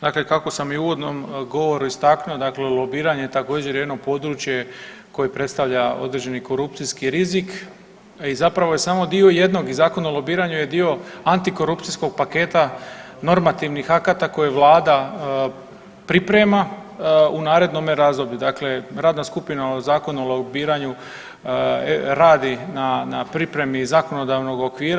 Dakle, kako sam i u uvodnom govoru istaknuo, dakle lobiranje je također jedno područje koje predstavlja određeni korupcijski rizik i zapravo je samo dio jednog i Zakon o lobiranju je dio antikorupcijskog paketa normativnih akata koje vlada priprema u narednome razdoblju, dakle radna skupina o Zakonu o lobiranju radi na, na pripremi zakonodavnog okvira.